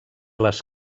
les